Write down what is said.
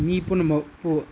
ꯃꯤ ꯄꯨꯝꯅꯃꯛꯄꯨ